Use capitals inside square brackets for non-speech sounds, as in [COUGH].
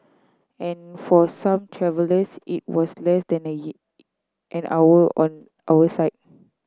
and for some travellers it was less than [UNINTELLIGIBLE] an hour on our side